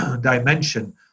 dimension